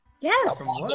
Yes